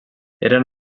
eren